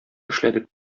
эшләдек